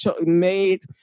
made